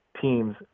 teams